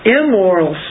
immoral